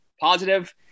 positive